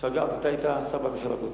אתה היית שר בממשלה הקודמת,